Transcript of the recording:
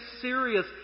serious